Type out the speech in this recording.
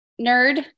nerd